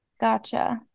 Gotcha